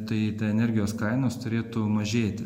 tai ta energijos kainos turėtų mažėti